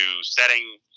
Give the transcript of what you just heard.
setting